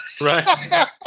Right